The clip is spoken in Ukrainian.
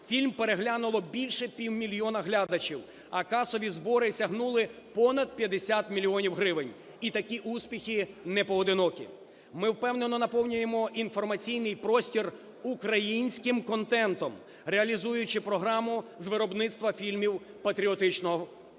Фільм переглянуло більше півмільйона глядачів, а касові збори сягнули понад 50 мільйонів гривень. І такі успіхи не поодинокі. Ми впевнено наповнюємо інформаційний простір українським контентом, реалізуючи програму з виробництва фільмів патріотичного